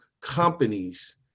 companies